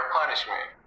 punishment